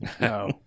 No